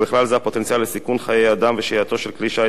התשתיות הלאומיות